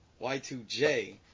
Y2J